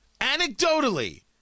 Anecdotally